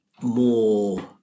more